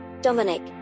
Dominic